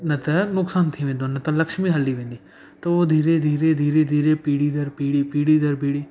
न त नुकसानु थी वेंदो न त लक्ष्मी हली वेंदी त उहो धीरे धीरे धीरे धीरे पीढ़ी दर पीढ़ी पीढ़ी दर पीढ़ी